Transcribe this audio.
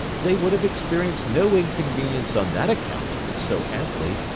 they would have experienced no inconvenience on that account, so amply,